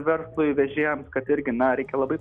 verslui vežėjams kad irgi na reikia labai